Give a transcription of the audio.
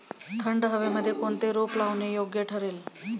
थंड हवेमध्ये कोणते रोप लावणे योग्य ठरेल?